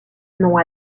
non